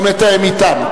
גם נתאם אתם.